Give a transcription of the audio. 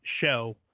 show